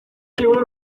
seguro